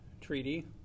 Treaty